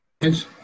Yes